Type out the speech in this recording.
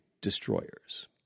destroyers